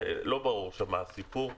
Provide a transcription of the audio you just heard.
שלא ברור מה הסיפור שם,